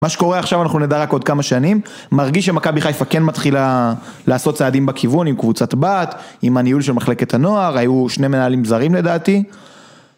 מה שקורה עכשיו אנחנו נדע רק עוד כמה שנים, מרגיש שמכבי חיפה כן מתחילה לעשות צעדים בכיוון עם קבוצת בת, עם הניהול של מחלקת הנוער, היו שני מנהלים זרים לדעתי.